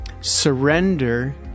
Surrender